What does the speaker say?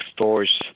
stores